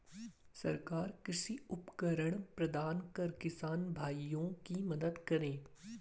सरकार कृषि उपकरण प्रदान कर किसान भाइयों की मदद करें